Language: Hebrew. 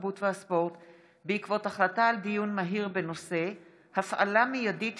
התרבות והספורט בעקבות דיון מהיר בהצעתם של